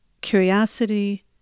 curiosity